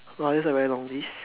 !wah! that's a very long list